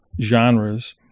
genres